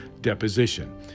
deposition